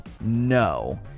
no